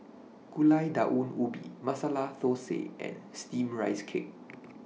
Gulai Daun Ubi Masala Thosai and Steamed Rice Cake